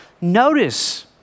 Notice